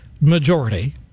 majority